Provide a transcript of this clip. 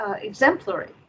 exemplary